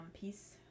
peace